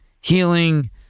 healing